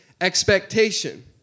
expectation